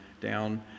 down